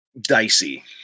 Dicey